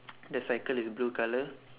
the cycle is blue colour